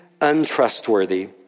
untrustworthy